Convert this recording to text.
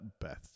Beth